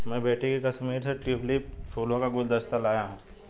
मैं बेटी के लिए कश्मीर से ट्यूलिप फूलों का गुलदस्ता लाया हुं